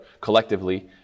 collectively